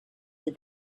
did